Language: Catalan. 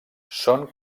són